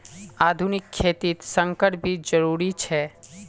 आधुनिक खेतित संकर बीज जरुरी छे